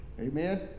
Amen